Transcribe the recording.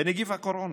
בנגיף הקורונה,